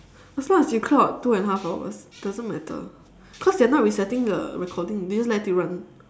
as long as you clock two and a half hours doesn't matter cause they are not resetting the recording they'll just let it run